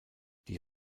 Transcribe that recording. die